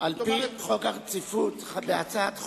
על-פי חוק הרציפות בהצעת חוק,